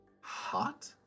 hot